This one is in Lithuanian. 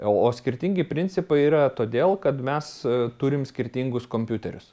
o skirtingi principai yra todėl kad mes turim skirtingus kompiuterius